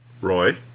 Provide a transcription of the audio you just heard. Roy